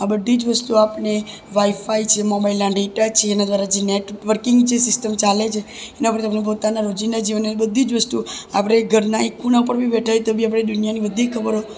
આ બધી જ વસ્તુઓ આપણને વાઈફાઈ છે મોબાઇલના ડેટા છે એના દ્વારા જે નેટવર્કિંગ જે સિસ્ટમ ચાલે છે એના દ્વારા આપણા પોતાના રોજિંદા જીવનની બધી જ વસ્તુ આપણે ઘરના એક ખૂણા પર બી બેઠા હોઈએ તો દુનિયાની બધી ખબરો